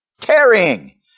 tarrying